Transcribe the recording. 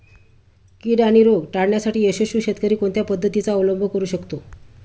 कीड आणि रोग टाळण्यासाठी यशस्वी शेतकरी कोणत्या पद्धतींचा अवलंब करू शकतो?